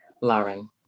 Lauren